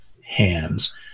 hands